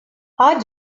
our